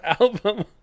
album